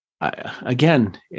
again